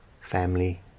family